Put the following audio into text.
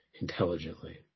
intelligently